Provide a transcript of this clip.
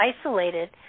isolated